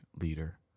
leader